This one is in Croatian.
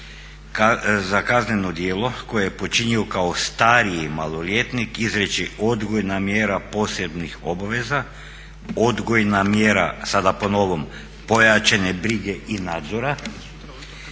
za kazneno djelo koje je počinio kao stariji maloljetnik izreći odgojna mjera posebnih obaveza, odgojna mjera sada po novom pojačane brige i nadzora